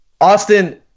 Austin